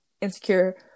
insecure